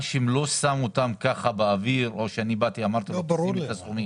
האשם לא שם אותם ככה באוויר או שאני באתי ואמרתי לו לשים אותם.